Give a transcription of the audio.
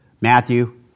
Matthew